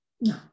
No